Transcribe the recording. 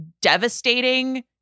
devastating